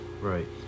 Right